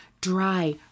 dry